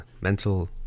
mental